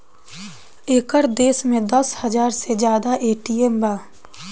एकर देश में दस हाजार से जादा ए.टी.एम बा